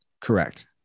Correct